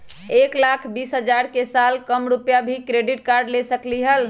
एक लाख बीस हजार के साल कम रुपयावाला भी क्रेडिट कार्ड ले सकली ह?